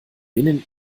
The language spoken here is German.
binnen